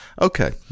Okay